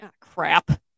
crap